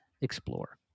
explore